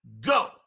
go